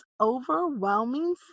overwhelming